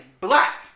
black